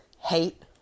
hate